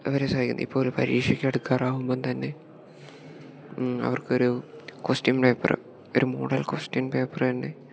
അവരെ സഹായിക്കുന്നു ഇപ്പോൾ ഒരു പരീക്ഷക്ക് അടുക്കാറാകുമ്പം തന്നെ അവർക്കൊരു ക്വസ്റ്റ്യൻ പേപ്പറ് ഒരു മോഡൽ ക്വസ്റ്റ്യൻ പേപ്പർ തന്നെ